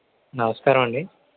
నమస్కారమండి